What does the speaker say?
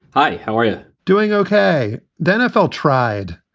hi. how are you doing? ok. the nfl tried.